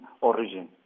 origin